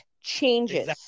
changes